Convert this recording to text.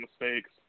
mistakes